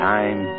Time